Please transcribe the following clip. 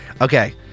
Okay